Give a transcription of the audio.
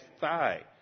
thigh